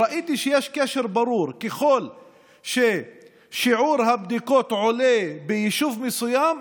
ראיתי שיש קשר ברור: ככל ששיעור הבדיקות עולה ביישוב מסוים,